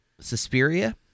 Suspiria